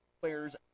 players